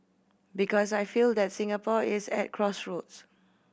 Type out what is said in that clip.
because I feel that Singapore is at crossroads